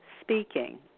speaking